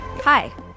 Hi